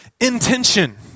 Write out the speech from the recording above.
intention